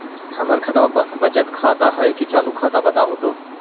हमर खतबा बचत खाता हइ कि चालु खाता, बताहु तो?